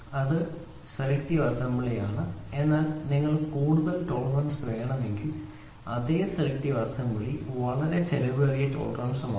അതിനാൽ ഇത് സെലക്ടീവ് അസംബ്ലിയാണ് എന്നാൽ നിങ്ങൾക്ക് കൂടുതൽ ടോളറൻസ് വേണമെങ്കിൽ അതേ സെലക്ടീവ് അസംബ്ലി വളരെ ചെലവേറിയ ടോളറൻസാണ്